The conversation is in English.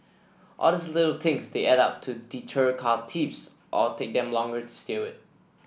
all these little things they add up to deter car thieves or take them longer to steal it